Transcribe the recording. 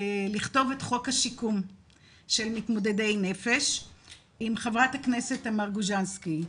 לכתוב את חוק השיקום של מתמודדי נפש עם חברת הכנסת תמר גוז'נסקי.